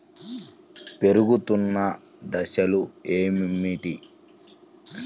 పెరుగుతున్న దశలు ఏమిటి?